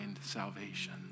salvation